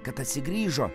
kad atsigrįžo